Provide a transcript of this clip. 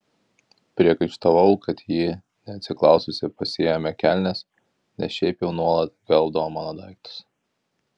priekaištavau kad ji neatsiklaususi pasiėmė kelnes nes šiaip jau nuolat gvelbdavo mano daiktus